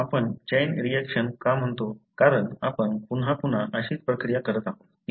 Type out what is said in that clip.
आपण chain reaction का म्हणतो कारण आपण पुन्हा पुन्हा अशीच प्रक्रिया करत आहोत